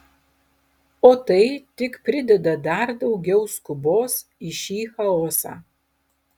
o tai tik prideda dar daugiau skubos į šį chaosą